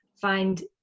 find